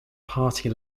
party